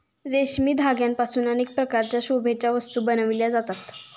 रेशमी धाग्यांपासून अनेक प्रकारच्या शोभेच्या वस्तू बनविल्या जातात